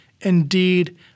Indeed